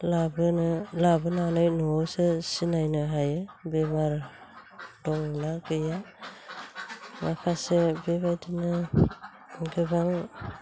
लाबोनो लाबोनानै न'आवसो सिनायनो हायो बेमार दंना गैया माखासे बेबायदिनो गोबां